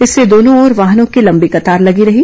इससे दोनों ओर वाहनों की कतार लगी रही